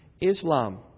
Islam